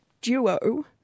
duo